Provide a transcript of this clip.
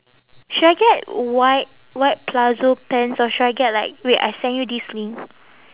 should I get white white palazzo pants or should I get like wait I send you this link